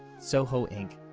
soho ink,